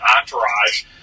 entourage